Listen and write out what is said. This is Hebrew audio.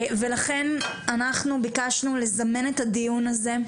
לכן אנחנו ביקשנו לזמן את הדיון הזה.